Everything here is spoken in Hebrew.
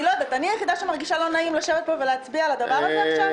אני היחידה שמרגישה לא נעים לשבת פה ולהצביע על הדבר הזה עכשיו?